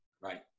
Right